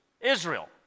Israel